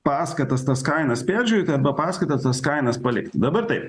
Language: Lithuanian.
paskatas tas kainas peržiūrėti arba paskatas tas kainas palikti dabar taip